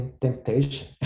temptation